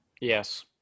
Yes